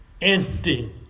ending